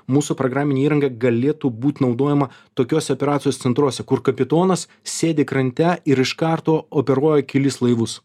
mūsų programinė įranga galėtų būt naudojama tokiose operacijos centruose kur kapitonas sėdi krante ir iš karto operuoja kelis laivus